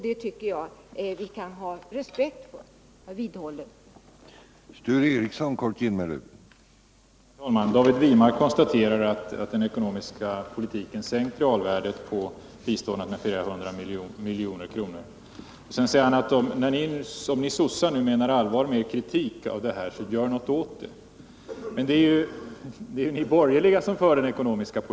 Det tycker jag man kan ha respekt för, varför jag vidhåller min åsikt.